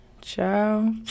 ciao